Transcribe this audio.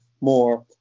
more